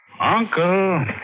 Uncle